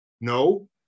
No